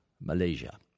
Malaysia